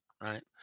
Right